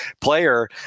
player